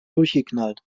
durchgeknallt